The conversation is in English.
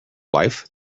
life